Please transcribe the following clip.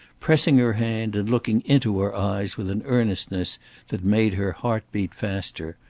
pressing her hand and looking into her eyes with an earnestness that made her heart beat faster,